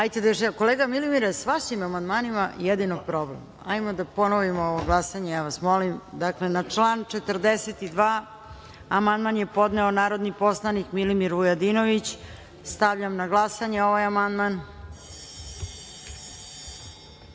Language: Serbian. Milimire, sa vašim amandmanima jedino problem. Hajmo da ponovimo ovo glasanje, ja vas molim. Dakle, na član 42. amandman je podneo narodni poslanik Milimir Vujadinović. Stavljam na glasanje ovaj